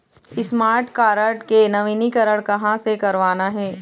Smart card के नवीनीकरण कहां से करवाना हे?